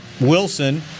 Wilson